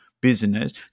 business